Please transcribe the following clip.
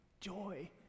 joy